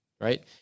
right